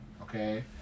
Okay